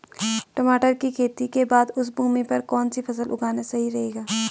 टमाटर की खेती के बाद उस भूमि पर कौन सी फसल उगाना सही रहेगा?